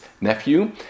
nephew